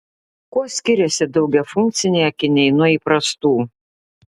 kuo skiriasi daugiafunkciai akiniai nuo įprastų